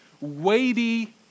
weighty